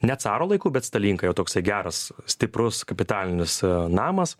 ne caro laiku bet stalinka jau toksai geras stiprus kapitalinis namas